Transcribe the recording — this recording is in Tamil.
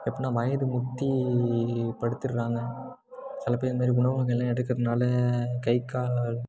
எப்புடினா வயது முத்தி படுத்துட்டுறாங்க சில பேர் மாதிரி உணவுங்களெலாம் எடுக்கிறதுனால கை கால்